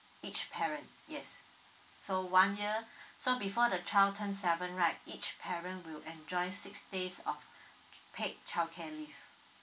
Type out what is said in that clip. each parent yes so one year so before the child turned seven right each parent would enjoy six days of paid childcare leave